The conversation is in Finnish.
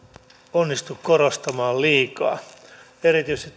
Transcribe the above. onnistu korostamaan liikaa erityisesti